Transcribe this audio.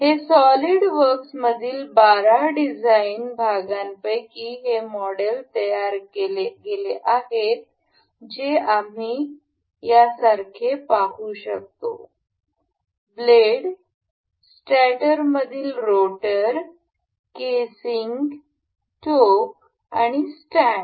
हे सॉलिडवर्क्समधील 12 डिझाइन भागांपैकी हे मॉडेल तयार केले गेले आहे जे आम्ही हे यासारखे पाहू शकतो ब्लेड स्टॅटरमधील रोटर केसिंग टोक आणि स्टँड